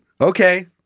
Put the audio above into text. Okay